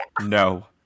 No